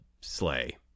sleigh